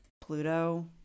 Pluto